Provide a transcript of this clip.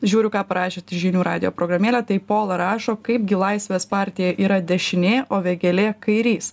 žiūriu ką parašėt į žinių radijo programėlę tai polą rašo kaipgi laisvės partija yra dešinė o vėgėlė kairys